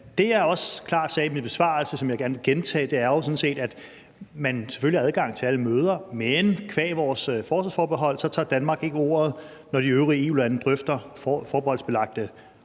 er jo sådan set, at man selvfølgelig har adgang til alle møder. Men qua vores forsvarsforbehold tager Danmark ikke ordet, når de øvrige EU-lande drøfter forbeholdsbelagte